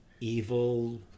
evil